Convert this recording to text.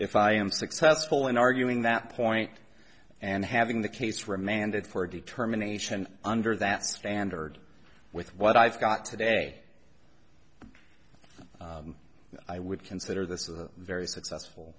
if i am successful in arguing that point and having the case remanded for a determination under that standard with what i've got today i would consider this very successful